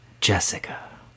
Jessica